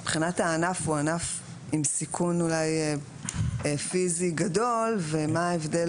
מבחינת הענף הוא אולי ענף עם סיכון פיסי גדול ומה ההבדל